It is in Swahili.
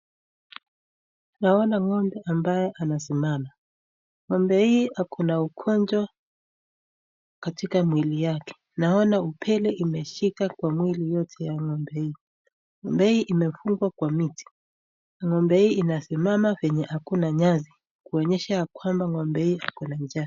Naona ng'ombe ambaye anasimama. Ng'ombe hii ako na ugonjwa katika mwili yake. Naona upele imeshika kwa mwili yote ya ng'ombe hii. Ng'ombe hii imefungwa kwa miti. Ng'ombe hii inasimama penye hakuna nyasi kuonyesha ya kwamba ng'ombe hii ako na njaa.